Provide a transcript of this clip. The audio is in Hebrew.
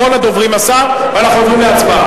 אחרון הדוברים השר, ואנחנו עוברים להצבעה.